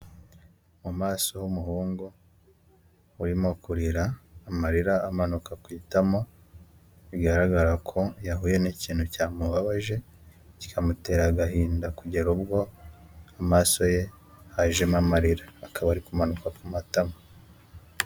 Mu maso h'umuhungu urimo kurira amarira amanuka ku itama, bigaragara ko yahuye n'ikintu cyamubabaje kikamutera agahinda kugera ubwo amaso ye hajemo amarira, akaba ari kumanuka ku matama.